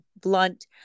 blunt